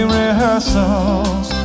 rehearsals